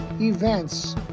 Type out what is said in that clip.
events